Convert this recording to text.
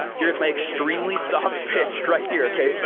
here's my extremely soft pitch right here, okay,